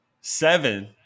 seven